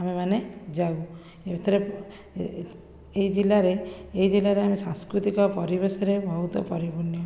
ଆମେମାନେ ଯାଉ ଏଥିରେ ଏହି ଜିଲ୍ଲାରେ ଏଇ ଜିଲ୍ଲାରେ ଆମ ସାଂସ୍କୃତିକ ପରିବେଶରେ ବହୁତ ପରିପୂର୍ଣ୍ଣ